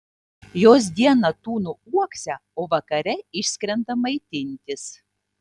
jos dieną tūno uokse o vakare išskrenda maitintis